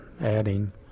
adding